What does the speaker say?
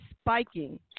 Spiking